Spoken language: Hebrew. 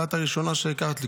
ואת הראשונה שהכרת לי.